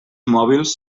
mòbils